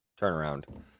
Turnaround